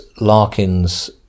Larkin's